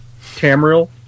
Tamriel